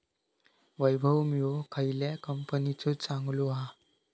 वैभव विळो खयल्या कंपनीचो चांगलो हा?